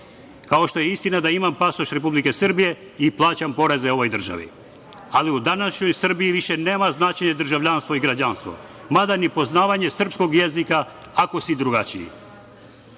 kao što je i istina da imam pasoš Republike Srbije i plaćam poreze ovoj državi. Ali u današnjoj Srbiji više nema značaj državljanstvo i građanstvo, mada ni poznavanje srpskog jezika ako si drugačiji,